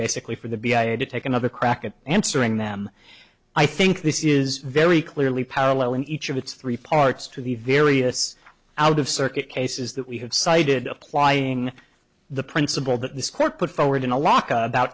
basically for the b i had to take another crack at answering them i think this is very clearly parallel in each of its three parts to the various out of circuit cases that we have cited applying the principle that this court put forward in a lot about